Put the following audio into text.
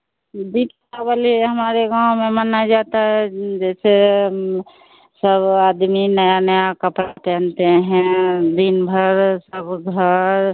दीपावली हमारे गाँव में मनाए जाता है जैसे सव आदमी नया नया कपड़ा पहनते हैं दिन भर सब घर